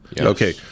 Okay